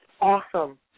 awesome